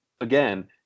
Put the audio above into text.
again